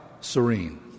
Serene